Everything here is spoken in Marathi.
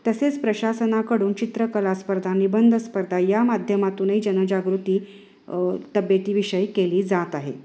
तसेच प्रशासनाकडून चित्रकला स्पर्धा निबंध स्पर्धा या माध्यमातूनही जनजागृती तब्येतीविषयी केली जात आहे